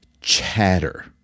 chatter